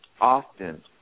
Often